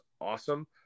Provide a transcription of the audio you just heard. awesome